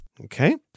Okay